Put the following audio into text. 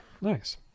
Nice